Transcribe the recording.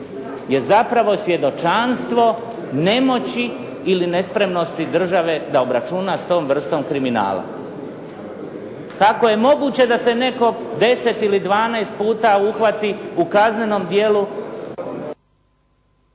je zapravo svjedočanstvo nemoći ili nespremnosti države da obračuna s tom vrstom kriminala. Kako je moguće da se netko 10 ili 12 puta uhvati u kaznenom djelu